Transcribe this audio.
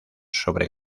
sobre